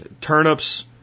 Turnips